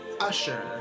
Usher